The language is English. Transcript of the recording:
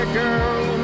girl